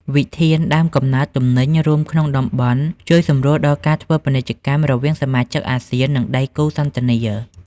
វិធានដើមកំណើតទំនិញរួមក្នុងតំបន់ ជួយសម្រួលដល់ការធ្វើពាណិជ្ជកម្មរវាងសមាជិកអាស៊ាន និងដៃគូសន្ទនា។